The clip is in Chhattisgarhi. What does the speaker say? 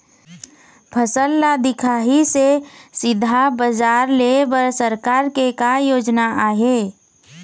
फसल ला दिखाही से सीधा बजार लेय बर सरकार के का योजना आहे?